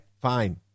fine